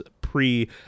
pre